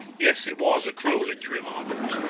yes, it was a cruel injury, margaret.